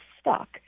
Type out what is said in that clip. stuck